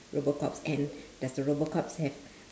robot cops and does the robot cops have